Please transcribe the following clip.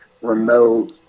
remote